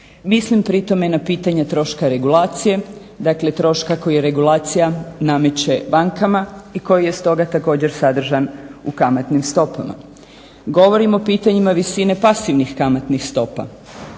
Mislim pritom na pitanje troška regulacije, dakle troška koji regulacija nameće bankama i koji je stoga također sadržan u kamatnim stopama. Govorim o pitanjima visine pasivnih kamatnih stopa.